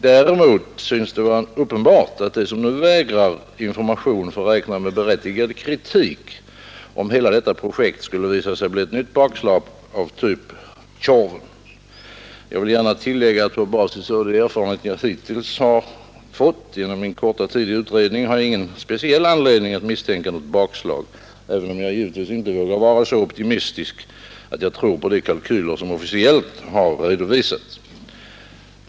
Däremot synes det vara uppenbart att de som nu vägrar oss information får räkna med berättigad kritik, om hela detta projekt skulle visa sig bli ett nytt bakslag av typ Tjorven. Jag vill gärna tillägga att jag på basis av de erfarenheter jag hittills fått under min korta tid i utredningen inte har någon speciell anledning att misstänka något bakslag, även om jag givetvis inte vågar vara så optimistisk att jag tror på de kalkyler som officiellt har redovisats.